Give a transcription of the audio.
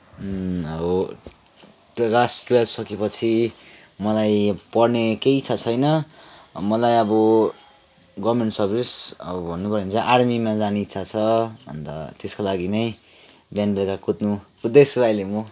अब class twelve सकेपछि मलाई पढ्ने केही इच्छा छैन मलाई अब गभर्मेन्ट सर्विस अब भन्नुपऱ्यो भने चाहिँ आर्मीमा जाने इच्छा छ अन्त त्यसको लागि नै बिहान बेलुकी कुद्नु कुद्दैछु अहिले म